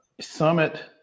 summit